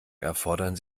erfordern